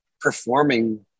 performing